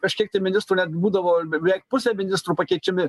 kažkiek tai ministrų net būdavo beveik pusė ministrų pakeičiami